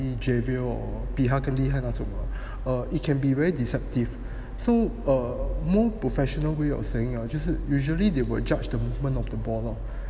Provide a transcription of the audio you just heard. javier hor 比他更厉害那种 err it can be very deceptive so err more professional way of saying ah 就是 usually they were judge the movement of the ball lah